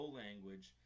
language